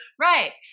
Right